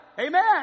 Amen